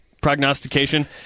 prognostication